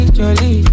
jolly